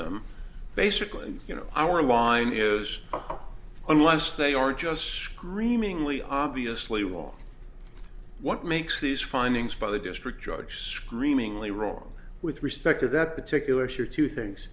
them basically you know our line is unless they aren't just screamingly obviously will what makes these findings by the district judge screamingly wrong with respect to that particular sure two things